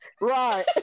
Right